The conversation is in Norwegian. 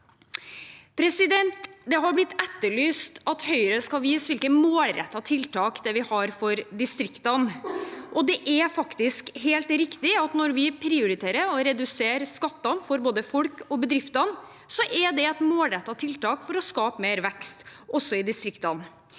sliter. Det er blitt etterlyst at Høyre skal vise hvilke målrettede tiltak vi har for distriktene. Det er faktisk helt riktig at når vi prioriterer å redusere skattene for både folk og bedrifter, er det et målrettet tiltak for å skape mer vekst, også i distriktene